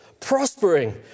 prospering